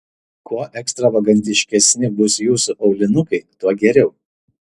kuo ekstravagantiškesni bus jūsų aulinukai tuo geriau